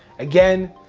again,